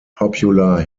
popular